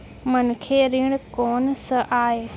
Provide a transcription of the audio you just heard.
मनखे ऋण कोन स आय?